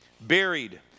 buried